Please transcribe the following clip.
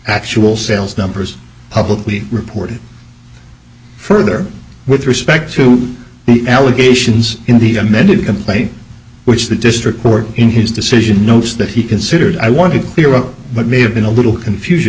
actual sales numbers publicly reported further with respect to the allegations in the amended complaint which the district court in his decision notes that he considered i want to clear up what may have been a little confusion